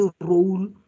role